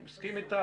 אני מסכים אתך.